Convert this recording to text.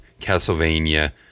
Castlevania